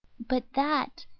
but that,